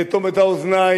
לאטום את האוזניים,